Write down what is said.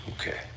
Okay